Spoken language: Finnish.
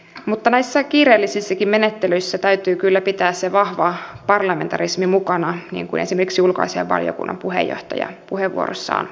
mutta näissä kiireellisissäkin menettelyissä täytyy kyllä pitää se vahva parlamentarismi mukana niin kuin esimerkiksi ulkoasiainvaliokunnan puheenjohtaja puheenvuorossaan totesi